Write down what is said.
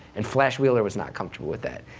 and flash wheeler was not comfortable with that.